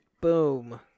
Boom